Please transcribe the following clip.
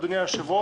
אדוני היושב ראש,